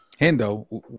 Hendo